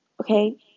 okay